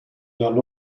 jong